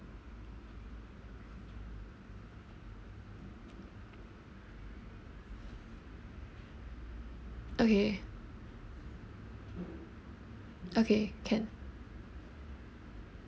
okay okay can